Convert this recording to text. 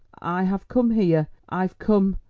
i have come here i've come,